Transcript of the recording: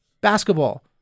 basketball